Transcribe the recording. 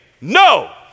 no